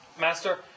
Master